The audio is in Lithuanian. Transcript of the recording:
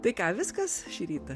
tai ką viskas šį rytą